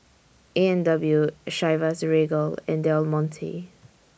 A and W Chivas Regal and Del Monte